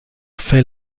fait